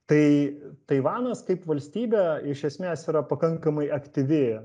tai taivanas kaip valstybė iš esmės yra pakankamai aktyvi